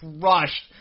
crushed